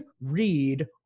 read